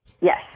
Yes